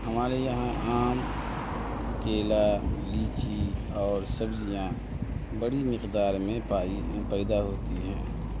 ہمارے یہاں آم کیلا لیچی اور سبزیاں بڑی مقدار میں پائی پیدا ہوتی ہیں